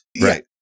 Right